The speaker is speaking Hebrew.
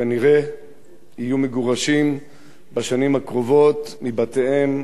כנראה יהיו מגורשים בשנים הקרובות מבתיהם,